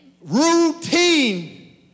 Routine